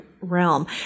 realm